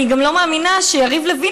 אני גם לא מאמינה שיריב לוין,